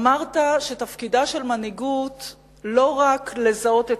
אמרת שתפקידה של מנהיגות הוא לא רק לזהות את